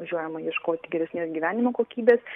važiuojama ieškoti geresnės gyvenimo kokybės